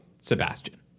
Sebastian